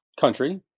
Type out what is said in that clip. country